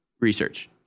research